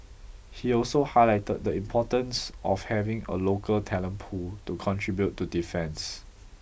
he also highlighted the importance of having a local talent pool to contribute to defence